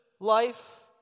life